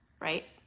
right